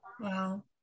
Wow